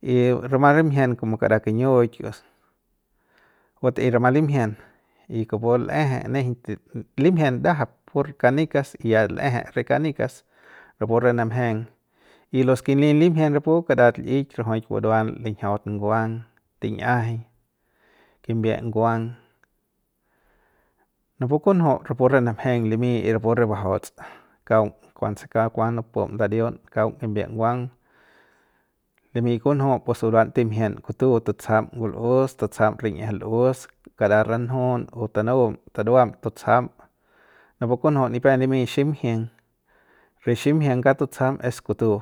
y rama rimjien komo kara kiñiuik o se bat'ei rama limjien y kupu l'eje nejeiñ limjien ndajap pur kanikas y ya l'eje re kanikas rapu re namjeng los ke nip limjien rapu karat li'ik buruan linjiaut nguang tin'iajai kimbie nguangnapu kunju'u rapu re namjeng limi y rapu re bajauts kaung kuanse ku mam nupum ndariun kaung kimbiep nguang limi kunju pues buruam timjien kutu pues tutsajam ngul'us tutsajam rin'ieje l'us kara ranjun o tanum taduam tutsajam rapu kunju'u nipep limi ximjieng re ximjieng kaung tutsajam es kutu.